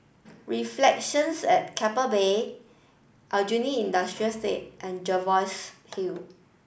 Reflections at Keppel Bay Aljunied Industrial State and Jervois Hill